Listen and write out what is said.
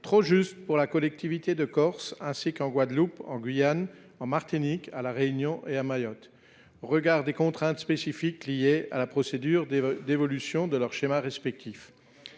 trop juste pour la collectivité de Corse, ainsi que pour la Guadeloupe, la Guyane, la Martinique, La Réunion et Mayotte, au regard des contraintes spécifiques liées à la procédure d’évolution de leurs schémas respectifs.